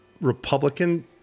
Republican